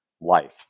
life